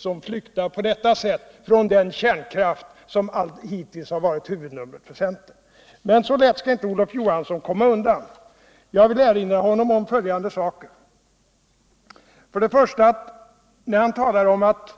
som flyktar på det sättet från den kärnkraft som hittills har varit huvudnumret för centern. Men så lätt skall inte Olof Johansson komma undan. Jag vill erinra om följunde saker. Olof Johansson talar om att